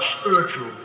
spiritual